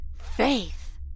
Faith